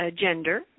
gender